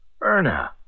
Erna